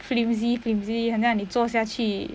flimsy flimsy 很像你坐下去